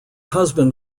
husband